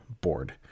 board